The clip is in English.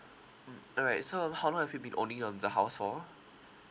mm all right so um how long have you been owning um the house for